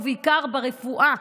ובעיקר ברפואה,